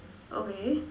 okay